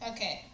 Okay